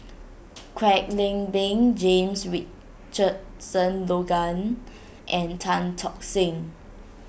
Kwek Leng Beng James Richardson Logan and Tan Tock Seng